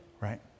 Right